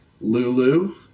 Lulu